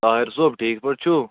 طاہِر صٲب ٹھیٖک پٲٹھۍ چھُو